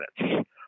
minutes